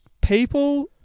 People